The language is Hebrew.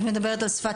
את מדברת על שפת